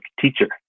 teacher